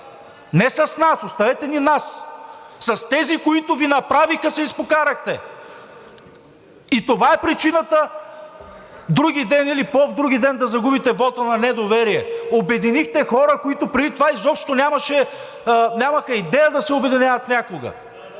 Не с нас, оставете ни нас! С тези, които Ви направиха, се изпокарахте! И това е причината вдругиден или по-вдругиден да загубите вота на недоверие. Обединихте хора, които преди това изобщо нямаха идея да се обединяват някога.